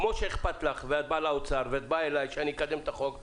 כמו שאכפת לך ואת באה לאוצר ואת באה אליי שאני אקדם את הצעת החוק,